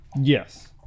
Yes